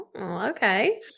Okay